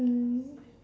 mmhmm